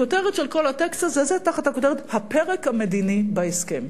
כל הטקסט הזה הוא תחת הכותרת: הפרק המדיני בהסכם.